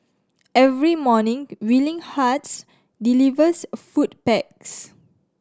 every morning Willing Hearts delivers food packs